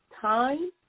time